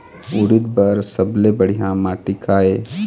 उरीद बर सबले बढ़िया माटी का ये?